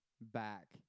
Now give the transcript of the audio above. back